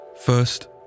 First